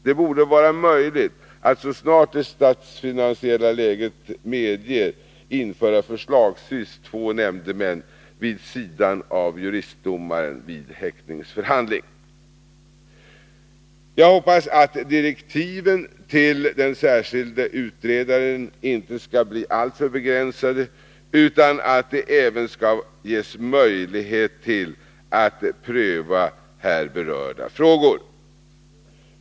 Det borde vara möjligt att så snart det statsfinansiella läget medger införa förslagsvis två nämndemän vid sidan av juristdomaren vid häktningsförhandling. Jag hoppas att direktiven till den särskilda utredaren inte skall bli alltför begränsade, utan att det även skall ges möjlighet till att pröva de här berörda frågorna.